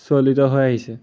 চলিত হৈ আহিছে